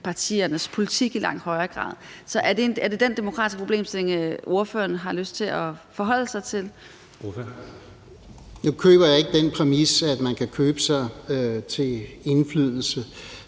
partiernes politik i langt højere grad? Er det den demokratiske problemstilling, ordføreren har lyst til at forholde sig til? Kl. 11:09 Anden næstformand (Jeppe Søe): Ordføreren.